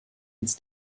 ins